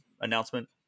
announcement